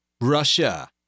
Russia